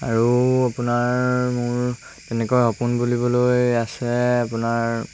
আৰু আপোনাৰ মোৰ তেনেকৈ সপোন বুলিবলৈ আছে আপোনাৰ